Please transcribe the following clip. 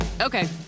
Okay